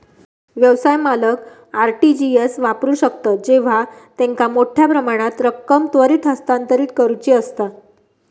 व्यवसाय मालक R T G S वापरू शकतत जेव्हा त्यांका मोठ्यो प्रमाणात रक्कम त्वरित हस्तांतरित करुची असता